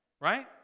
right